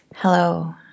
Hello